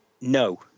no